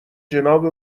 جناب